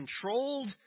controlled